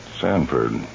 Sanford